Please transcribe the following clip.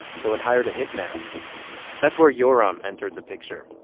so it hired a hitman that's where yoram entered the picture.